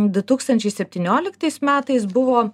du tūkstančiai septynioliktais metais buvo